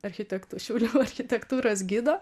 architektų šiaulių architektūros gido